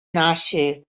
nàixer